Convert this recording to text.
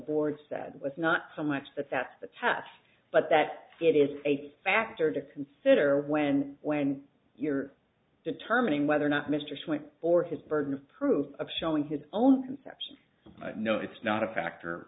board said was not so much that that's the test but that it is a factor to consider when when you're determining whether or not mr swing or his burden of proof of showing his own conception no it's not a factor